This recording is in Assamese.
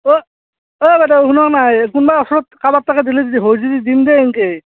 অঁ অঁ বাইদেউ শুনকনা এই কোনবা ওচৰত কাৰবাৰ তাত দিলে যদি হয় যদি দিমদে সেনকেই